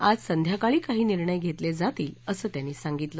आज संध्याकाळी काही निर्णय होतील असं त्यांनी सांगितलं